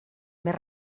més